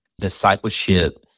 discipleship